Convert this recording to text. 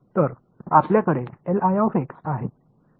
तर आपल्याकडे आहे